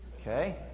Okay